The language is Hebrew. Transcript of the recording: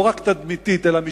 לא רק תדמיתית, אלא משפטית,